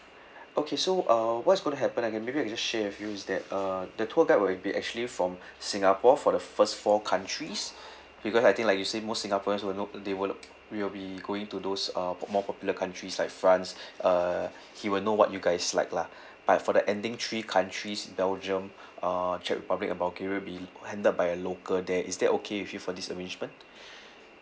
okay so uh what is going to happen uh maybe I can just share with you is that uh the tour guide will be actually from singapore for the first four countries because I think like you say most singaporeans will know they will look we'll be going to those uh more popular countries like france uh he will know what you guys like lah but for the ending three countries belgium uh czech republic and bulgaria be handled by a local there is that okay with you for this arrangement